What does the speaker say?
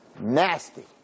Nasty